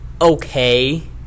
okay